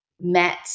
met